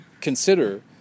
consider